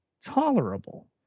tolerable